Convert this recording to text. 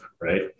right